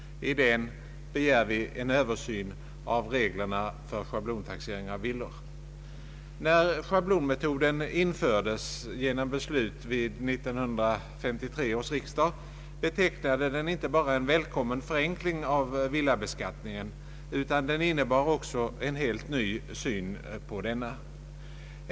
I denna reservation begär vi en översyn av reglerna för schablonbeskattning av villor. När schablonmetoden infördes genom beslut vid 1953 års riksdag, betecknade den inte bara en välkommen förenkling av villabeskattningen. Den innebar också en helt ny syn på denna.